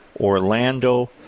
Orlando